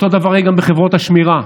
אותו דבר יהיה גם בחברות השמירה,